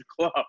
club